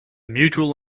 mutual